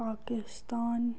Pakistan